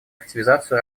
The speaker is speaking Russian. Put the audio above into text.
активизацию